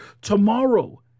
tomorrow